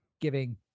giving